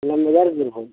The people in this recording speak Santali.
ᱵᱤᱨᱵᱷᱩᱢ